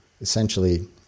essentially